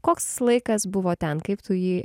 koks laikas buvo ten kaip tu jį